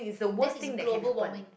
that is global warming